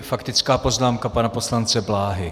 Faktická poznámka pana poslance Bláhy.